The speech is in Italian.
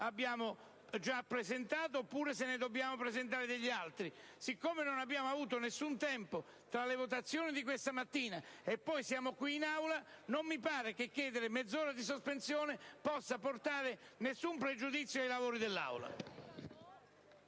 abbiamo già presentato, oppure se dobbiamo presentarne altri. Dal momento che non abbiamo avuto tempo, tra le votazioni di questa mattina e la seduta in corso, non mi pare che chiedere mezz'ora di sospensione possa portare alcun pregiudizio ai lavori dell'Aula.